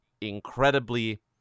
incredibly